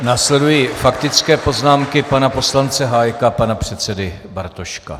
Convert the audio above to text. Následují faktické poznámky pana poslance Hájka, pana předsedy Bartoška.